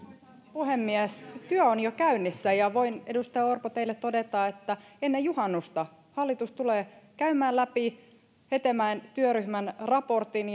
puhemies työ on jo käynnissä ja voin edustaja orpo teille todeta että ennen juhannusta hallitus tulee käymään läpi hetemäen työryhmän raportin